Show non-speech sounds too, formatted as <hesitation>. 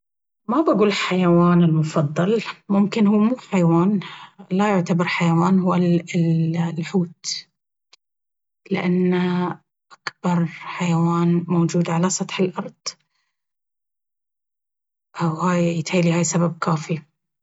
ما بقول حيواني المفضل ممكن هو مو حيوان لا يعتبر حيوان... هو <hesitation> الحوت لأن أكبر حيوان موجود على سطح الأرض.. أو هاي يتهيأ لي سبب كافي!